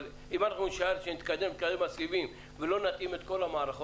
אבל אם אנחנו נישאר --- ולא נתאים את כל המערכות,